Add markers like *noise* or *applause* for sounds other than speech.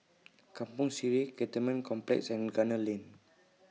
*noise* Kampong Sireh Cantonment Complex and Gunner Lane